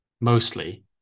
mostly